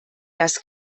das